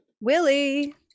Willie